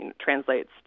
translates